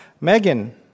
Megan